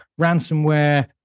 ransomware